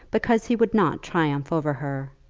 because he would not triumph over her,